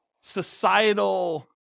societal